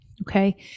Okay